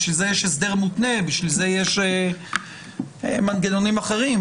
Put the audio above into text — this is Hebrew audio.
לשם כך יש הסדר מותנה, לשם כך יש מנגנונים אחרים.